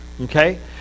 okay